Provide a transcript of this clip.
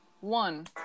one